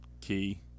Key